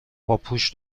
پاپوش